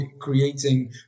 creating